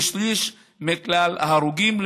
כשליש מכלל ההרוגים,